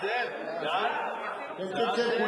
להעביר את הצעת חוק